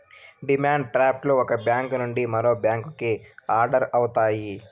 demand draft లు ఒక bank నుండి మరో బ్యాంకుకి ఆర్డర్ అవుతాయి